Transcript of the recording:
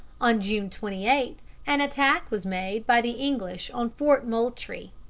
on june twenty eight an attack was made by the english on fort moultrie.